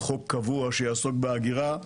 חוק קבוע, שיעסוק בהגירה.